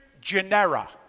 genera